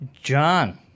John